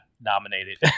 nominated